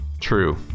True